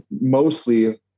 mostly